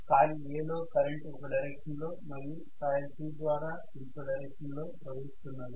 coil A లో current ఒక direction లో మరియు కాయిల్ C ద్వారా ఇంకొక డైరెక్షన్ లో ప్రవహిస్తున్నది